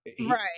Right